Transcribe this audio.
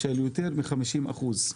של יותר מחמישים אחוז.